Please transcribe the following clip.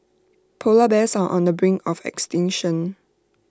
Polar Bears are on the brink of extinction